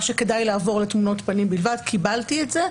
שכדאי לעבור לתמונות פנים בלבד והממשלה אמרה שקיבלה את זה,